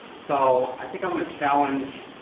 so i think i'm gonna challenge